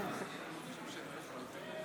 יאיר לפיד,